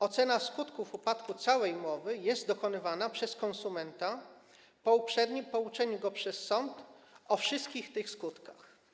Ocena skutków upadku całej umowy jest dokonywana przez konsumenta po uprzednim pouczeniu go przez sąd o wszystkich tych skutkach.